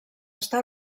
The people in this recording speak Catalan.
està